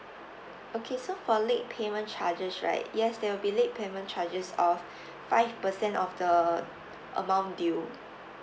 okay so for late payment charges right yes there will be late payment charges of five percent of the amount due